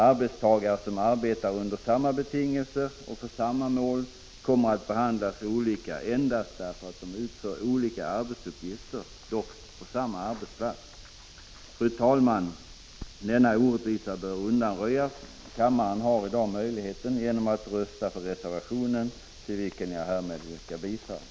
Arbetstagare som arbetar under samma betingelser och för samma dj ooo om mål kommer att behandlas olika endast därför att de utför olika arbetsuppgifter — dock på samma arbetsplats. Fru talman! Denna orättvisa bör undanröjas. Kammaren har i dag möjlighet att göra detta genom att rösta för reservationen, till vilken jag härmed yrkar bifall.